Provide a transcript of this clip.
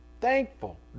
thankful